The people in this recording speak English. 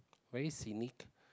very scenic